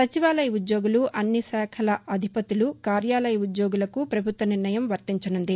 సచివాలయ ఉద్యోగులు అన్ని శాఖల శాఖాధిపతుల కార్యాలయ ఉద్యోగులకు ప్రభుత్వ నిర్ణయం వర్తించనుంది